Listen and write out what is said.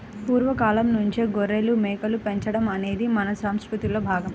పూర్వ కాలంనుంచే గొర్రెలు, మేకలు పెంచడం అనేది మన సంసృతిలో భాగం